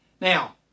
Now